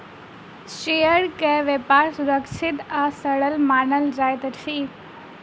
शेयरक व्यापार सुरक्षित आ सरल मानल जाइत अछि